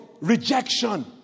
rejection